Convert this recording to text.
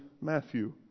Matthew